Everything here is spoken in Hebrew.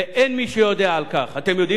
בא עתני שנלר, סליחה, אל תפריע לי.